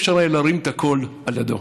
היה אפשר להרים את הקול לידו.